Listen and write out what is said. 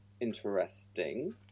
Interesting